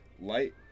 light